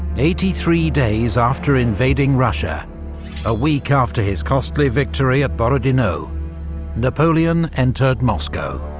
eighty three days after invading russia a week after his costly victory at borodino napoleon entered moscow.